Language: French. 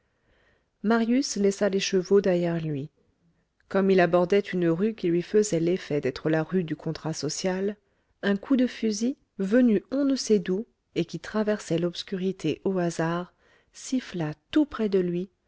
marius laissa les chevaux derrière lui comme il abordait une rue qui lui faisait l'effet d'être la rue du contrat social un coup de fusil venu on ne sait d'où et qui traversait l'obscurité au hasard siffla tout près de lui